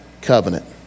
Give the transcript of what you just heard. covenant